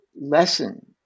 lesson